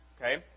Okay